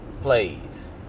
plays